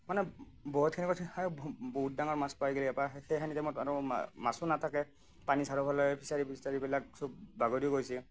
মানে বহুতখিনি বহুত ডাঙৰ মাছ পাই গলি আপা সেই সেনেকৈ আৰু মা মাছো নাথাকে পানী চাৰিওফালে ফিচাৰী ফিচাৰীবিলাক সব বাগৰি গৈছে